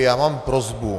Já mám prosbu.